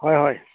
হয় হয়